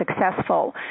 successful